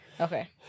Okay